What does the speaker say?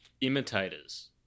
imitators